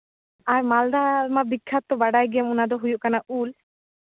ᱟᱨ ᱢᱟᱞᱫᱟ ᱨᱮᱢᱟ ᱵᱤᱠᱠᱷᱟᱛᱚ ᱵᱟᱰᱟᱭ ᱜᱮᱭᱟᱢ ᱚᱱᱟ ᱫᱚ ᱦᱩᱭᱩᱜ ᱠᱟᱱᱟ ᱩᱞ